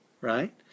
right